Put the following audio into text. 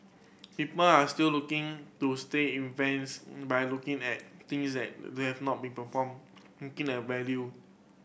people are still looking to stay invested but looking at things that we have not be performed looking at value